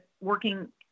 working